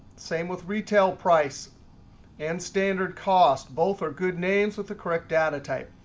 same with retail price and standard cost, both are good names with the correct data type.